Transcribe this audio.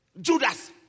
Judas